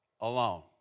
alone